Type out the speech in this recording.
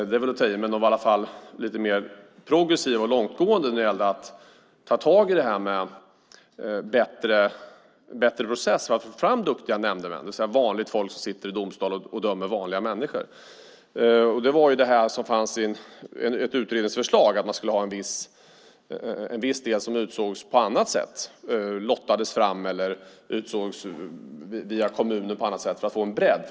Det är väl att ta i, men de var i alla fall lite mer progressiva och långtgående när det gällde att ta tag i det här med en bättre process för att få fram duktiga nämndemän, det vill säga vanligt folk som sitter i domstol och dömer vanliga människor. Det var det som fanns i ett utredningsförslag, att man skulle ha en viss del som utsågs på annat sätt, som lottades fram eller utsågs via kommunen på annat sätt, för att få en bredd.